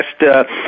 last